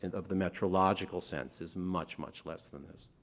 and of the metrological sense, is much, much less than this.